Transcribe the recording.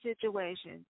situation